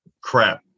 crap